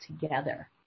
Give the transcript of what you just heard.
together